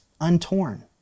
untorn